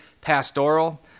pastoral